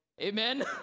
Amen